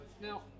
Now